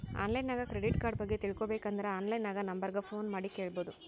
online ನಾಗ್ credit card ಬಗ್ಗೆ ತಿಳ್ಕೋಬೇಕ್ ಅಂದುರ್ ಆನ್ಲೈನ್ ನಾಗ್ ನಂಬರ್ ಗ ಫೋನ್ ಮಾಡಿ ಕೇಳ್ಬೋದು